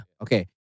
Okay